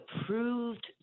approved